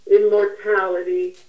immortality